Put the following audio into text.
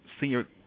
senior